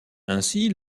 ainsi